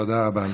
תודה רבה לשר.